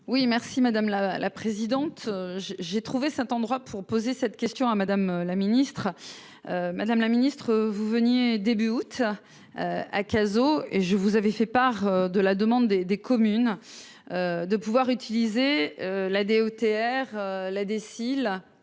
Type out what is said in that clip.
Oui merci madame la présidente. J'ai trouvé cet endroit pour poser cette question à madame la ministre. Madame la ministre, vous veniez début août. À Kenzo et je vous avez fait part de la demande des, des communes. De pouvoir utiliser la DETR la